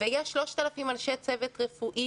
ויש 3,000 אנשי צוות רפואי,